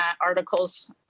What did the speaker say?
articles